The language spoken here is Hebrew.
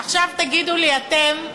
עכשיו תגידו לי אתם: